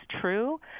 true